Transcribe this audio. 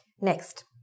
Next